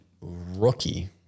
rookie